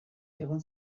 egon